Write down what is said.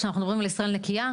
כשאנחנו מדברים על ישראל נקייה,